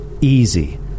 easy